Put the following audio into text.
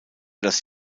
das